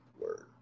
word